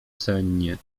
sennie